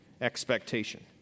Expectation